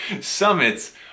Summits